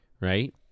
right